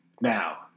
now